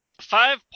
Five